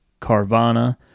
carvana